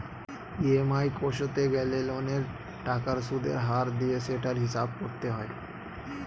EMI কষতে গেলে লোনের টাকার সুদের হার দিয়ে সেটার হিসাব করতে হয়